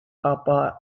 kappa